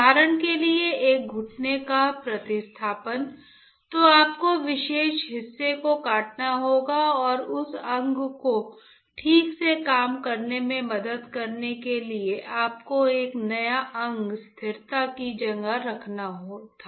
उदाहरण के लिए एक घुटने का प्रतिस्थापन तो आपको विशेष हिस्से को काटना होगा और उस अंग को ठीक से काम करने में मदद करने के लिए आपको एक नया अंग स्थिरता की जगह रखना था